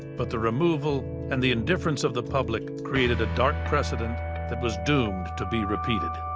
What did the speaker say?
but the removal and the indifference of the public created a dark precedent that was doomed to be repeated.